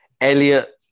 Elliot